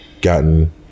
gotten